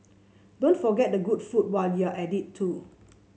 don't forget the good food while you're at it too